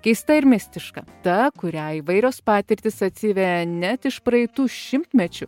keista ir mistiška ta kuriai įvairios patirtys atsiveria net iš praeitų šimtmečių